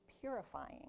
purifying